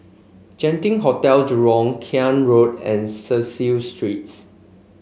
Genting Hotel Jurong Klang Road and Cecil Streets